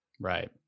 right